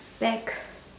back